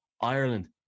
ireland